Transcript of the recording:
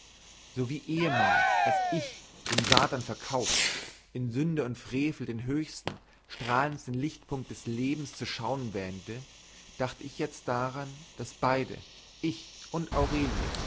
so wie ehemals als ich dem satan verkauft in sünde und frevel den höchsten strahlendsten lichtpunkt des lebens zu schauen wähnte dachte ich jetzt daran daß beide ich und aurelie